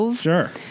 Sure